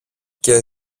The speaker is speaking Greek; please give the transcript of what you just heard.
και